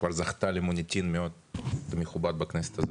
שכבר זכתה למוניטין מאוד מכובד בכנסת הזאת.